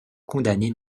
condamner